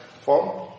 form